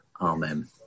Amen